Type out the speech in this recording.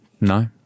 No